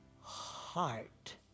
heart